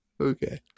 Okay